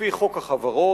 לפי חוק החברות,